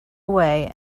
away